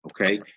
Okay